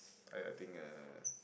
I think uh